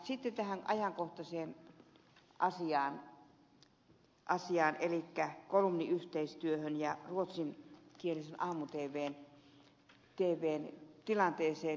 sitten tähän ajankohtaiseen asiaan eli kolumniyhteistyöhön ja ruotsinkielisen aamu tvn tilanteeseen